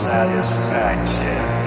Satisfaction